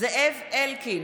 זאב אלקין,